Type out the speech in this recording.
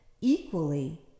equally